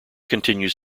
continues